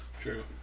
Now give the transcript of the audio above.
True